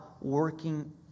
working